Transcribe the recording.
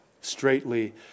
straightly